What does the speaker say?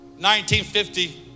1950